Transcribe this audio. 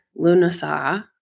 Lunasa